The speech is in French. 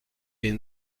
est